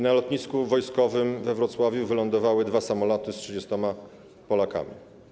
Na lotnisku wojskowym we Wrocławiu wylądowały dwa samoloty z 30 Polakami.